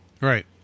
Right